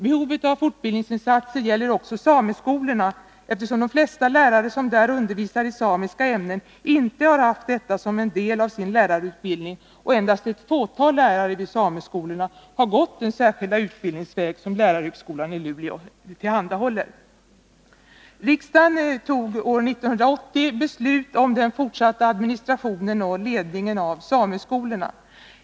Behovet av fortbildningsinsatser gäller också sameskolorna, eftersom de flesta lärare som där undervisar i samiska ämnen inte har haft detta som en del av sin lärarutbildning och endast ett fåtal lärare vid sameskolorna har gått den särskilda utbildningsväg som lärarhögskolan i Luleå tillhandahåller. Riksdagen tog år 1980 beslut om den fortsatta administrationen och ledningen av sameskolorna.